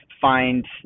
find